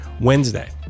Wednesday